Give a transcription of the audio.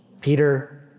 Peter